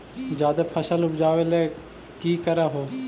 जादे फसल उपजाबे ले की कर हो?